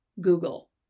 Google